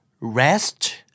rest